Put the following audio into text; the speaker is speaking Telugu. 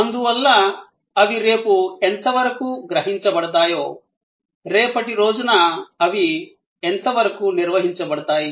అందువల్ల అవి రేపు ఎంత వరకు గ్రహించబడతాయో రేపటి రోజున అవి ఎంతవరకు నిర్వహించబడతాయి